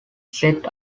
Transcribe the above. set